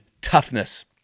toughness